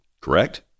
Correct